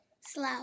Slow